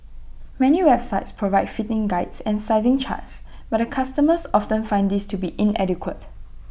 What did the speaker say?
many websites provide fitting Guides and sizing charts but customers often find these to be inadequate